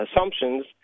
assumptions